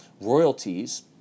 royalties